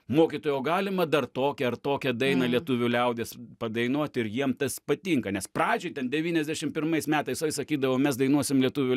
mokytojau o galima dar tokią ar tokią dainą lietuvių liaudies padainuoti ir jiem tas patinka nes pradžiai ten devyniasdešim pirmais metais uoj sakydavo mes dainuosim lietuvių